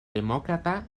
demócrata